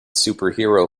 superhero